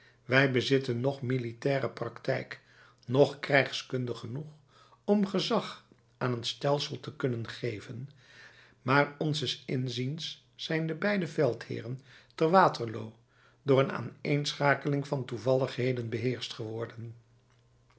wij bezitten noch militaire praktijk noch krijgskunde genoeg om gezag aan een stelsel te kunnen geven maar onzes inziens zijn de beide veldheeren te waterloo door een aaneenschakeling van toevalligheden beheerscht geworden